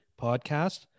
podcast